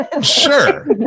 Sure